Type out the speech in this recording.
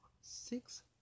six